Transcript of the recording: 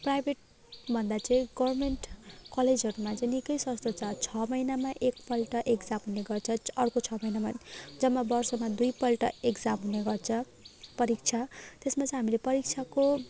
प्राइभेटभन्दा चाहिँ गर्मेन्ट कलेजहरूमा चाहिँ निकै सस्तो छ छ महिनामा एकपल्ट एक्जाम हुने गर्छ अर्को छ महिनाबाद जम्मा वर्षमा दुईपल्ट एक्जाम हुने गर्छ परीक्षा त्यसमा चाहिँ हामीले परीक्षाको